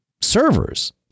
servers